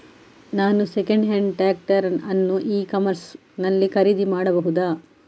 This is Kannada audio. ನಾನು ಸೆಕೆಂಡ್ ಹ್ಯಾಂಡ್ ಟ್ರ್ಯಾಕ್ಟರ್ ಅನ್ನು ಇ ಕಾಮರ್ಸ್ ನಲ್ಲಿ ಖರೀದಿ ಮಾಡಬಹುದಾ?